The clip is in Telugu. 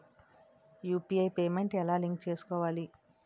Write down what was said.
యు.పి.ఐ పేమెంట్ ఎలా లింక్ చేసుకోవాలి?